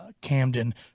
Camden